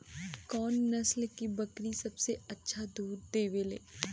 कौन नस्ल की बकरी सबसे ज्यादा दूध देवेले?